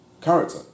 character